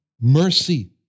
Mercy